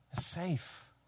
Safe